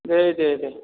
दे दे दे